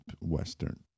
Western